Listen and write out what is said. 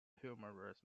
humorous